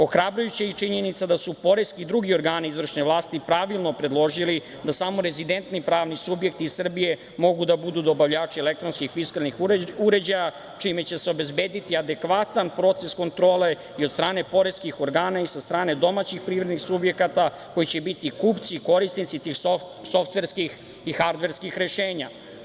Ohrabrujuća je i činjenica da su poreski i drugi organi izvršne vlasti pravilno predložili da samo rezidentni pravni subjekti Srbije mogu da budu dobavljači elektronskih fiskalnih uređaja, čime će se obezbediti adekvatan proces kontrole i od strane poreskih organa i sa strane domaćih privrednih subjekata koji će biti kupci i korisnici tih softverskih i hardverskih rešenja.